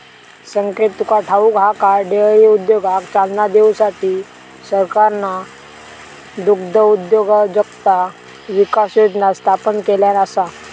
संकेत तुका ठाऊक हा काय, डेअरी उद्योगाक चालना देऊसाठी सरकारना दुग्धउद्योजकता विकास योजना स्थापन केल्यान आसा